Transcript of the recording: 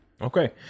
okay